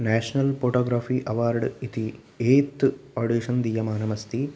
national photography award इति ऐत्थ् audition दीयमानम् अस्ति